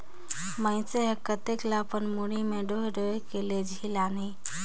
मइनसे हर कतेक ल अपन मुड़ी में डोएह डोएह के लेजही लानही